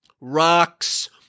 rocks